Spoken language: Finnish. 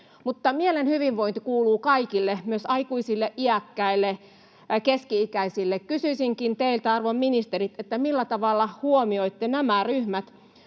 mielen hyvinvointi kuuluu kaikille, myös aikuisille, iäkkäille, keski-ikäisille. Kysyisinkin teiltä, arvon ministerit: Millä tavalla huomioitte nämä ryhmät?